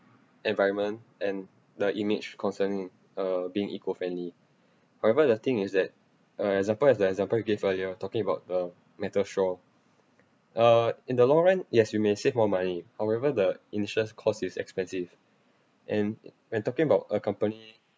environment and the image concerning uh being eco-friendly however the thing is that example as the example you gave earlier talking about the metal straw uh in the long run yes you may save more money however the initial's cost is expensive and when talking about a company